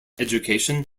education